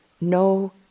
no